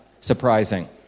surprising